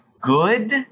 good